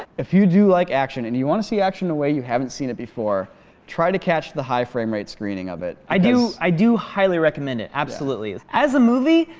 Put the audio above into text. if you do like action and you want to see action in a way you haven't seen it before try to catch the high frame rate screening of it i do, i do highly recommend it absolutely. as as a movie,